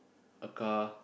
a car